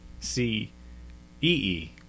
C-E-E